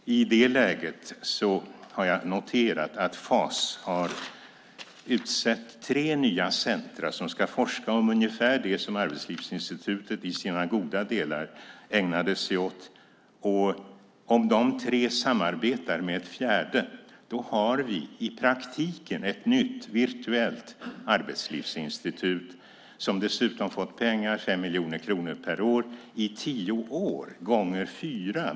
I det läget har jag noterat att FAS har utsett tre nya centrum som ska forska om ungefär det som Arbetslivsinstitutet i sina goda delar ägnade sig åt. Om de tre samarbetar med ett fjärde har vi i praktiken ett nytt virtuellt arbetslivsinstitut som dessutom fått pengar, 5 miljoner kronor per år, i tio år gånger fyra.